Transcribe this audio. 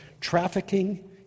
Trafficking